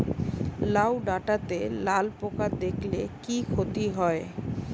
লাউ ডাটাতে লালা পোকা দেখালে কি ক্ষতি হয়?